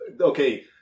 Okay